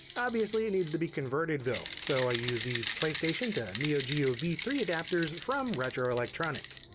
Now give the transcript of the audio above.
obviously it needs to be converted though, so i use these playstation to neo geo v three adapters from retroelectronik.